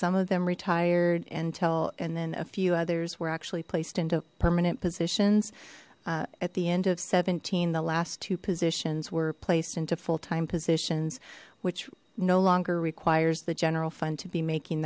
some of them retired until and then a few others were actually placed into permanent positions at the end of seventeen the last two positions were placed into full time positions which no longer requires the general fund to be making